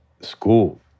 school